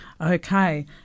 Okay